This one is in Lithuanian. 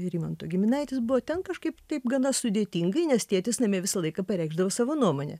rimanto giminaitis buvo ten kažkaip taip gana sudėtingai nes tėtis namie visą laiką pareikšdavo savo nuomonę